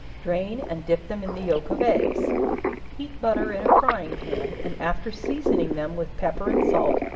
drain and dip them in the yelk of eggs heat butter in a frying-pan, and after seasoning them with pepper and salt,